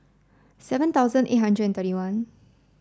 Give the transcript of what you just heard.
seven thousand eight hundred and thirty one